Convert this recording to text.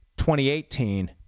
2018